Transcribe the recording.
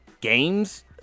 games